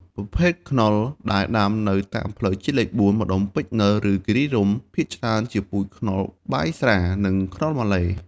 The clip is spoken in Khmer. ប្រភេទខ្នុរដែលដាំនៅតាមផ្លូវជាតិលេខ ៤ ម្ដុំពេជ្រនិល ឬគិរីរម្យ ភាគច្រើនជាពូជខ្នុរបាយស្រា និងខ្នុរម៉ាឡេ។